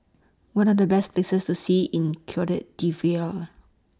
What Are The Best Places to See in Cote D'Ivoire